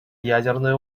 ядерной